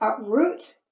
uproot